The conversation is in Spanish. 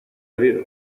bebido